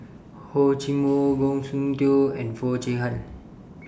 Hor Chim Or Goh Soon Tioe and Foo Chee Han